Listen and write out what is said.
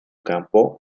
campo